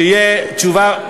שתהיה תשובה,